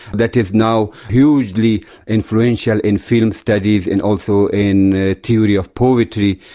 that is now hugely influential in film studies, and also in theory of poetry,